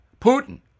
Putin